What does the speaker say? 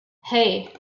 hey